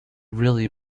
really